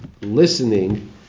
listening